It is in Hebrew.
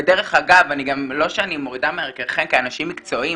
דרך אגב, לא שאני מורידה מערכיכם כאנשים מקצועיים,